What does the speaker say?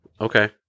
okay